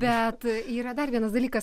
bet yra dar vienas dalykas